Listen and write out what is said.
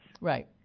Right